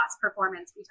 performance